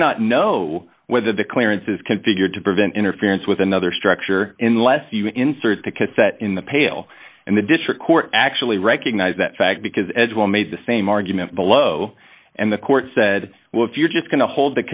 cannot know whether the clearance is configured to prevent interference with another structure in less you insert the cassette in the pail and the district court actually recognize that fact because as well made the same argument below and the court said well if you're just going to hold